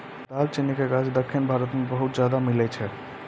दालचीनी के गाछ दक्खिन भारत मे बहुते ज्यादा मिलै छै